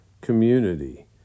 community